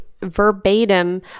verbatim